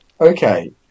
Okay